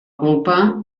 culpa